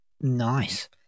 Nice